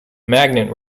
magnet